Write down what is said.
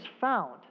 found